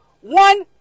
One